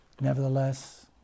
Nevertheless